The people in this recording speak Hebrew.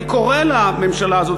אני קורא לממשלה הזאת,